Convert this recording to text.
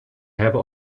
hebben